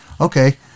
okay